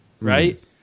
right